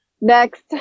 Next